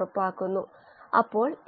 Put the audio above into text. ചുരുങ്ങിയ വലിപ്പം